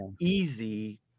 easy